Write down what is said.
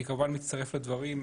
אני כמובן מצטרף לדברים,